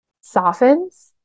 softens